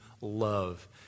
love